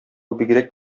бигрәк